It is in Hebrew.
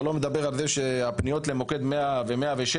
לא מדבר על הפניות למוקדים 100 ו-106